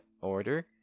order